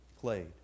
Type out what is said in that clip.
played